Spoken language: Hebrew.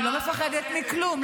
אני לא מפחדת מכלום.